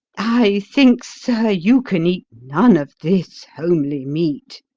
i think, sir, you can eat none of this homely meat.